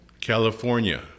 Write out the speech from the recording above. California